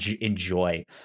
enjoy